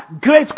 great